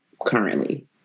currently